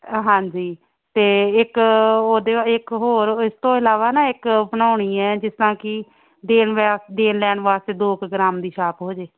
ਹਾਂਜੀ ਅਤੇ ਇੱਕ ਉਹਦੇ ਇੱਕ ਹੋਰ ਇਸ ਤੋਂ ਇਲਾਵਾ ਨਾ ਇੱਕ ਬਣਾਉਣੀ ਹੈ ਜਿਸ ਤਰ੍ਹਾਂ ਕਿ ਦੇਣ ਵਾ ਦੇਣ ਲੈਣ ਵਾਸਤੇ ਦੋ ਕੁ ਗਰਾਮ ਦੀ ਸ਼ਾਪ ਹੋ ਜੇ